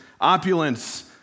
opulence